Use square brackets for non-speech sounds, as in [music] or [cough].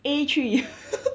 A three [laughs]